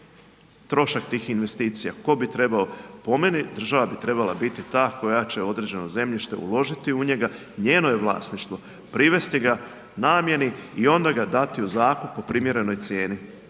Trošak tih investicija, tko bi trebao. Po meni, država bi trebala biti za koja će određene zemljište, uložiti u njega, njeno je vlasništvo, privesti ga namjeni i onda ga dati u zakup po primjerenoj cijeni.